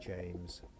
James